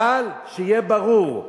אבל שיהיה ברור: